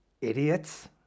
Idiots